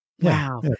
Wow